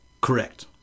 Correct